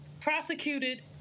prosecuted